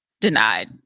denied